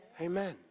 Amen